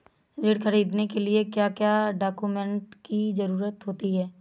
ऋण ख़रीदने के लिए क्या क्या डॉक्यूमेंट की ज़रुरत होती है?